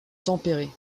tempérée